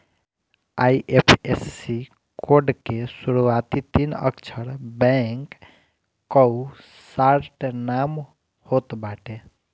IFSC code के शुरूआती तीन अक्षर बैंक कअ शार्ट नाम होत बाटे